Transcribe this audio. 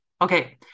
Okay